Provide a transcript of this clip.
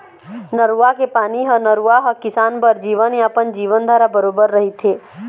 नरूवा के पानी ह नरूवा ह किसान बर जीवनयापन, जीवनधारा बरोबर रहिथे